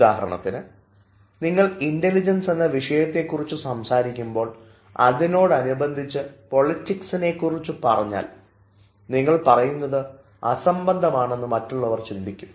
ഉദാഹരണത്തിന് നിങ്ങൾ ഇൻറലിജൻസ് എന്ന വിഷയത്തെകുറിച്ച് സംസാരിക്കുമ്പോൾ അതിനോട് അനുബന്ധിച്ച് പൊളിറ്റിക്സിനെകുറിച്ച് പറഞ്ഞാൽ നിങ്ങൾ പറയുന്നത് അസംബന്ധമാണെന്ന് മറ്റുള്ളവർ ചിന്തിക്കും